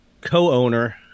co-owner